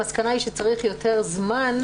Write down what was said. המסקנה היא שצריך יותר זמן.